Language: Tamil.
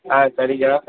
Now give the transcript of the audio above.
ஆ சரிங்க